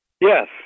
Yes